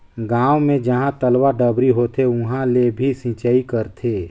गांव मे जहां तलवा, डबरी होथे उहां ले भी सिचई करथे